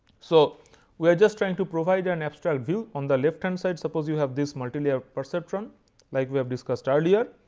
so we are just trying to provide an abstract view on the left hand um side, suppose you have this multi layer perceptron like we have discussed earlier.